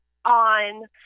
on